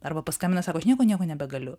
arba paskambina sako aš nieko nieko nebegaliu